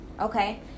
okay